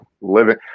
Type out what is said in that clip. living